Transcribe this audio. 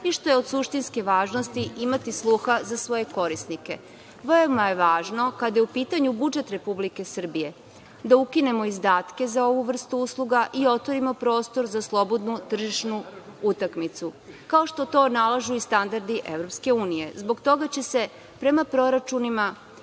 i što je od suštinske važnosti imati sluha za svoje korisnike. Veoma je važno, kada je u pitanju budžet Republike Srbije, da ukinemo izdatke za ovu vrstu usluga i otvorimo prostor za slobodnu tržišnu utakmicu, kao što to nalažu i standardi EU. Zbog toga će, prema proračunima,